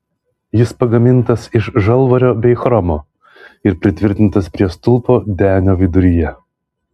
jis pagamintas iš žalvario bei chromo ir pritvirtintas prie stulpo denio viduryje